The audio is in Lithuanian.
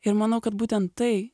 ir manau kad būtent tai